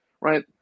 right